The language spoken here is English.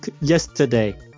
yesterday